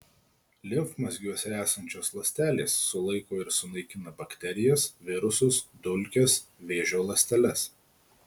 limfmazgiuose esančios ląstelės sulaiko ir sunaikina bakterijas virusus dulkes vėžio ląsteles